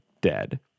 dead